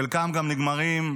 חלקם גם נגמרים,